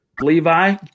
Levi